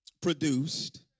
produced